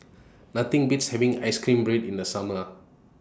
Nothing Beats having Ice Cream Bread in The Summer